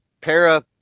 Para